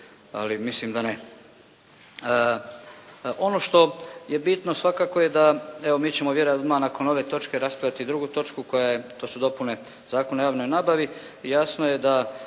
ali mislim da ne. Ono što je bitno svakako je da evo mi ćemo vjerojatno odmah nakon ove točke raspravljati drugu točku koja je, to su dopune Zakona o javnoj nabavi i jasno je da